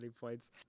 points